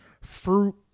fruit